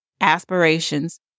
aspirations